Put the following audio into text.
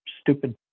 stupid